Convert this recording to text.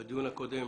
בדיון הקודם